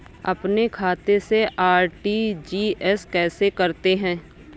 अपने खाते से आर.टी.जी.एस कैसे करते हैं?